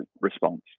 response